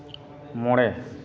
ᱢᱚᱬᱮ